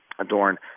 Adorn